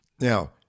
now